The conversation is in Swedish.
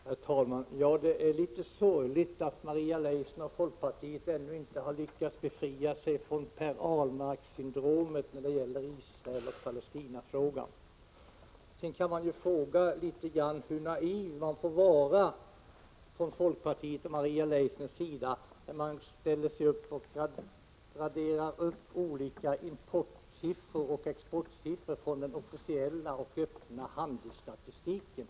Herr talman! Det är litet sorgligt att Maria Leissner och folkpartiet ännu 2 juni 1987 inte har lyckats befria sig från Per Ahlmark-syndromet när det gäller Israeloch Palestinafrågan. Sedan måste jag fråga hur naiv man egentligen får vara — Maria Leissner står och radar upp importoch exportsiffror från den officiella och öppna handelsstatistiken.